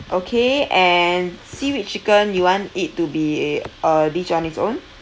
okay and seaweed chicken you want it to be a dish on its own